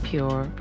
Pure